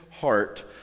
heart